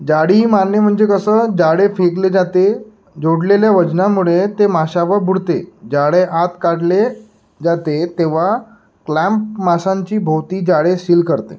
जाळी मारणे म्हणजे कसं जाळे फेकले जाते जोडलेल्या वजनामुळे ते माशावर बुडते जाळे आत काढले जाते तेव्हा क्लॅम्प माशांची भोवती जाळे शील करते